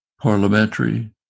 parliamentary